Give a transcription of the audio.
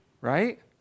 right